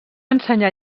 ensenyar